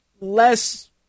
less